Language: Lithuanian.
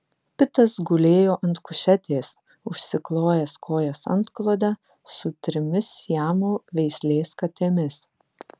pitas gulėjo ant kušetės užsiklojęs kojas antklode su trimis siamo veislės katėmis